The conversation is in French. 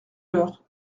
l’heure